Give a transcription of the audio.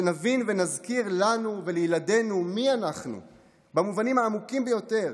שנבין ונזכיר לנו ולילדינו מי אנחנו במובנים העמוקים ביותר,